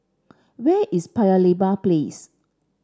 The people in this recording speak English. where is Paya Lebar Place